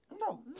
no